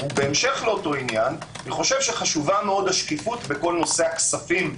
בהמשך, חשובה מאוד השקיפות בכל נושא הכספים.